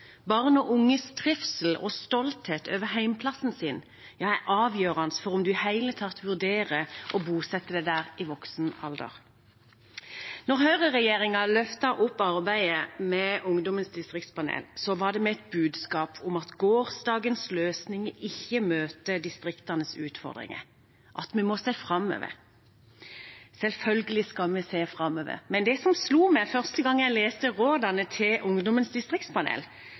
Barn og unges trivsel og stolthet over hjemplassen sin er avgjørende for om man i det hele tatt vurderer å bosette seg der i voksen alder. Når høyreregjeringen løftet opp arbeidet med Ungdommens distriktspanel, var det med et budskap om at gårsdagens løsninger ikke møter distriktenes utfordringer, at vi må se framover. Selvfølgelig skal vi se framover. Men det som slo meg første gang jeg leste rådene til Ungdommens distriktspanel,